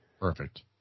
Perfect